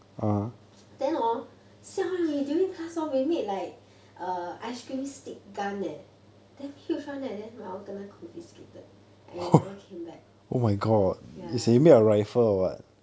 then hor siao we during class hor we made like err ice cream stick gun leh damn huge [one] leh then kena confiscate and it never came back ya